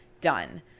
done